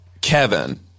Kevin